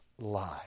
lie